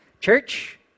Church